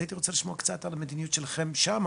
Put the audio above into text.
אז הייתי רוצה לשמוע קצת על המדיניות שלכם שמה